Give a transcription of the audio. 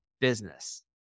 business